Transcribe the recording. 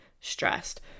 stressed